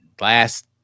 last